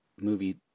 movie